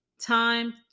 time